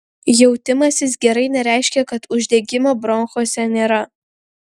jautimasis gerai nereiškia kad uždegimo bronchuose nėra